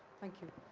thank you.